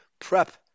PREP